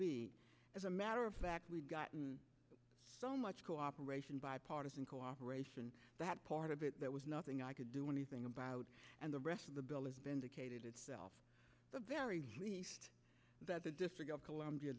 be as a matter of fact we've gotten so much cooperation bipartisan cooperation that part of it there was nothing i could do anything about and the rest of the bill is vindicated itself the very least that the district of columbia